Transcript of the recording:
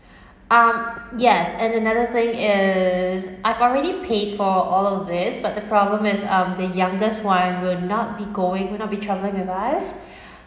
um yes and another thing is I've already paid for all of this but the problem is um the youngest [one] will not be going will not be travelling with us